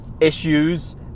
issues